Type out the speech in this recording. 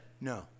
No